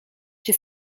czy